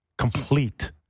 Complete